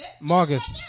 Marcus